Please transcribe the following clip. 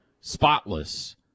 Spotless